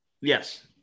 yes